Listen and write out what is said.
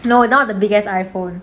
no not the biggest iphone